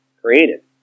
created